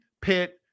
Pitt